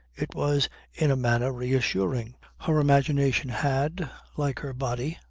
it was in a manner reassuring. her imagination had, like her body,